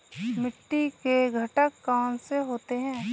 मिट्टी के घटक कौन से होते हैं?